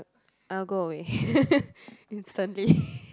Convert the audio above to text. I'll go away instantly